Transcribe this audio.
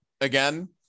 again